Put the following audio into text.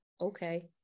okay